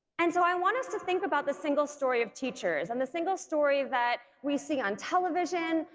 and so i want us to think about the single story of teachers and the single story that we see on television,